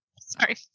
Sorry